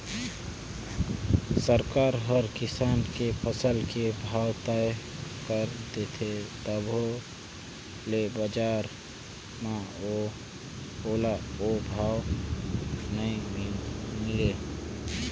सरकार हर किसान के फसल के भाव तय कर देथे तभो ले बजार म ओला ओ भाव नइ मिले